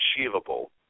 achievable